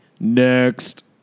Next